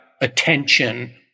attention